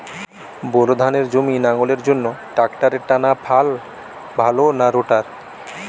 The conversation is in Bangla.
বোর ধানের জমি লাঙ্গলের জন্য ট্রাকটারের টানাফাল ভালো না রোটার?